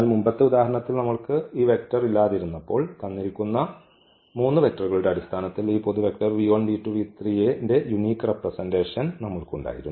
അതിനാൽ മുമ്പത്തെ ഉദാഹരണത്തിൽ നമ്മൾക്ക് ഈ വെക്റ്റർ ഇല്ലാതിരുന്നപ്പോൾ തന്നിരിക്കുന്ന വെക്റ്ററുകളുടെ അടിസ്ഥാനത്തിൽ ഈ ന്റെ യൂനിക് റെപ്രെസെന്റഷൻ നമ്മൾക്ക് ഉണ്ട്